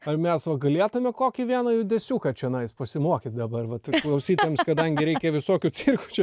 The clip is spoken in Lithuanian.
ar mes va galėtume kokį vieną judesiuką čionais pasimokyt dabar vat ir klausytojams kadangi reikia visokių cirkų čia